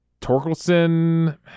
Torkelson